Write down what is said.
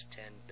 ten